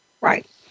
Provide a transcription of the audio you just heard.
Right